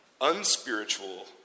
unspiritual